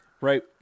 right